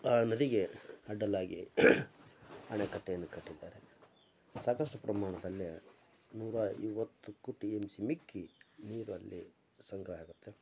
ಆ ನದಿಗೆ ಅಡ್ಡಲಾಗಿ ಅಣೆಕಟ್ಟೆಯನ್ನು ಕಟ್ಟಿದ್ದಾರೆ ಸಾಕಷ್ಟು ಪ್ರಮಾಣದಲ್ಲಿ ನೂರಾ ಐವತ್ತಕ್ಕೂ ಟಿ ಎಮ್ ಸಿ ಮಿಕ್ಕಿ ನೀರು ಅಲ್ಲಿ ಸಂಗ್ರಹ ಆಗುತ್ತೆ